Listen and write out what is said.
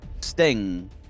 Sting